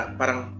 parang